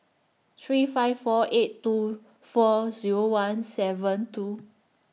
three five four eight two four Zero one seven two